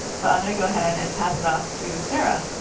so i'm going to go ahead and pass it off to sara.